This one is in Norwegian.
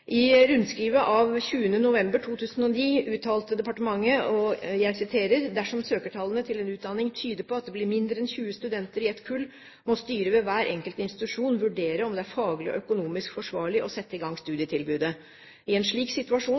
I rundskriv av 20. november 2009 uttalte departementet: «Dersom søkertallene til en utdanning tyder på at det blir mindre enn 20 studenter i et kull, må styret ved hver enkelt institusjon vurdere om det er faglig og økonomisk forsvarlig å sette i gang studietilbudet. I en slik situasjon